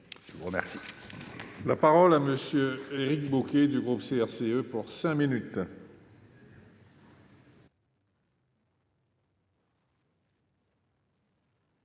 je vous remercie